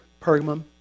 Pergamum